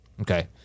Okay